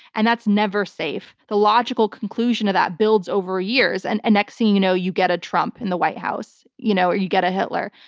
and that's never safe. the logical conclusion of that builds over years and next thing you know, you get a trump in the white house, you know or you get a hitler.